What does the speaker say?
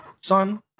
son